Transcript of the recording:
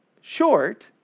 short